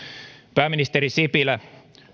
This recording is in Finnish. pääministeri sipilä